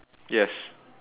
yes